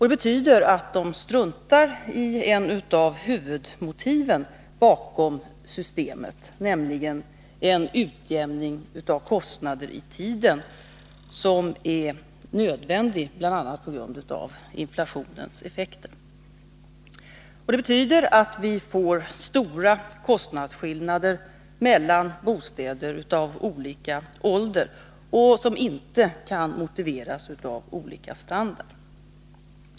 Det betyder att moderaterna struntar i ett av huvudmotiven bakom systemet, nämligen en utjämning av kostnader i tiden som är nödvändig bl.a. på grund av inflationens effekter. Det innebär att vi får kostnadsskillnader mellan bostäder av olika ålder — kostnadsskillnader som inte kan motiveras av olika standard.